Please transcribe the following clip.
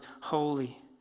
holy